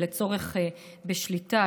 ולצורך בשליטה,